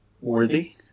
worthy